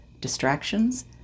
distractions